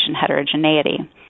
heterogeneity